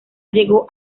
llegó